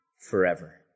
forever